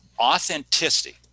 authenticity